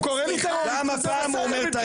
הוא קורא לי טרוריסט וזה בסדר מבחינתך.